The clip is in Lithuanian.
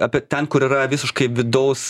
apie ten kur yra visiškai vidaus